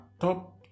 top